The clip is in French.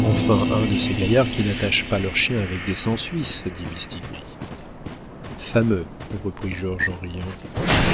enfin un de ces gaillards qui n'attachent pas leurs chiens avec des cent suisses dit mistigris fameux reprit georges en riant